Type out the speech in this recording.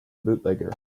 bootlegger